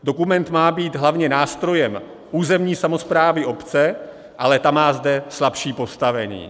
Dokument má být hlavně nástrojem územní samosprávy obce, ale ta má zde slabší postavení.